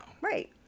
Right